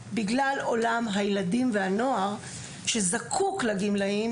בגלל עולם הילדים והנוער שזקוק לגמלאים